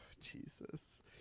Jesus